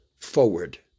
forward